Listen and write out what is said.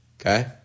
Okay